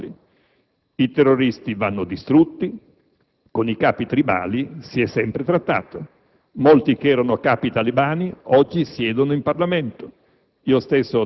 i terroristi, i narcotrafficanti, i capi tribali e i capi religiosi. Vuole dividere, non unire i suoi e i nostri